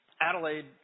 Adelaide